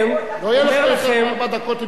אני רק אומר לכם מה מדברים ומה עושים.